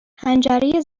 حنجره